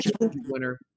winner